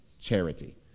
charity